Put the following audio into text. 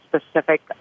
specific